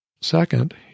Second